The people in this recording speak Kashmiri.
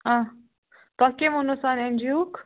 تۄہہِ کیٚم ووٚننو سانی این جی او وُک